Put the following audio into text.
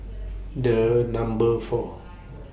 The Number four